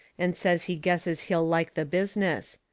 and says he guesses he'll like the business.